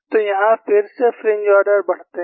तो यहां फिर से फ्रिंज ऑर्डर बढ़ते हैं